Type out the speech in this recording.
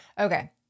Okay